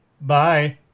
Bye